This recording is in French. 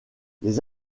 les